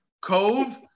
Cove